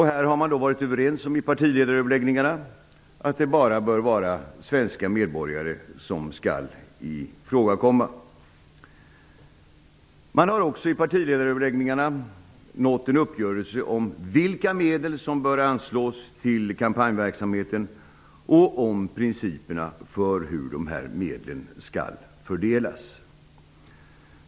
Här har man varit överens vid partiledaröverläggningarna att det bara bör vara svenska medborgare som skall ifrågakomma. Man har också vid partiledaröverläggningarna nått en uppgörelse om vilka medel som bör anslås till kampanjverksamheten och om principerna för hur de här medlen skall fördelas.